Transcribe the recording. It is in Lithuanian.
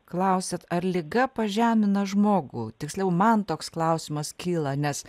klausiat ar liga pažemina žmogų tiksliau man toks klausimas kyla nes